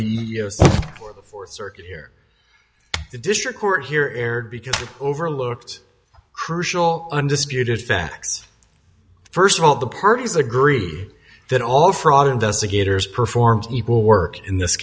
the fourth circuit here the district court here aired because overlooked crucial undisputed facts first of all the parties agree that all fraud investigators performed equal work in this